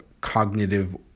cognitive